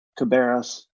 Cabarrus